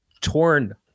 torn